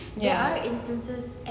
ya